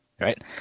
right